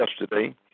yesterday